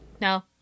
No